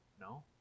No